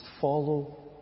follow